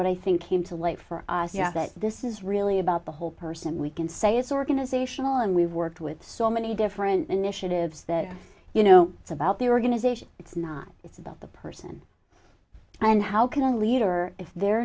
what i think came to light for us yeah that this is really about the whole person we can say it's organizational and we've worked with so many different initiatives that you know it's about the organization it's not it's about the person and how can a leader if they're